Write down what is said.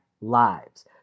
lives